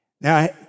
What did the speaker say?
Now